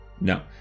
No